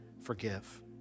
forgive